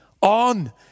on